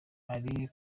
ari